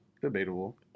Debatable